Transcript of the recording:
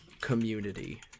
community